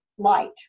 light